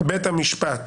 בית המשפט